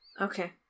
Okay